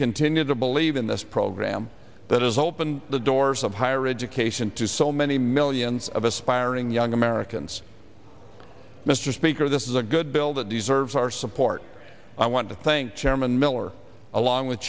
continue to believe in this program that has opened the doors of higher education to so many millions of aspiring young americans mr speaker this is a good bill that deserves our support i want to thank chairman miller along with